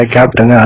Captain